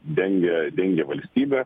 dengia dengia valstybė